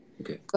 Okay